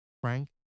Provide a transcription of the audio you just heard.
Frank